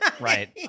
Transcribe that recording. Right